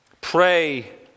Pray